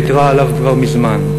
ויתרה עליו כבר מזמן.